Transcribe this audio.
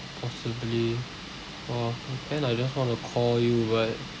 possibly !wah! then I just want to call you but